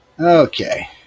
Okay